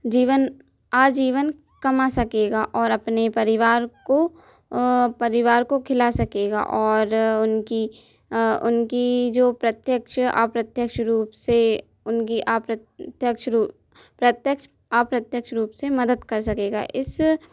जीवन आजीवन कमा सकेगा और अपने परिवार को परिवार को खिला सकेगा और उनकी उनकी जो प्रत्यक्ष अप्रत्यक्ष रूप से उनकी अप्रत्यक्ष रू प्रत्यक्ष अप्रत्यक्ष रूप से मदद कर सकेगा इस